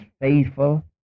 faithful